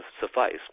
suffice